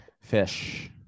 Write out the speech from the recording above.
Fish